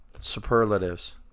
Superlatives